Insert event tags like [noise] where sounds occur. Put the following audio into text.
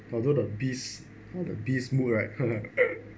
although the pissed the pissed mood right [laughs]